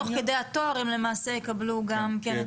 תוך כדי התואר הם למעשה יקבלו גם את